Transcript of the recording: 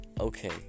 Okay